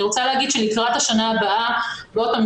אני רוצה להגיד שלקראת השנה הבאה ועוד פעם,